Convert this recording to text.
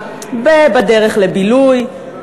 בדרך לבילוי,